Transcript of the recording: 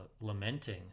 lamenting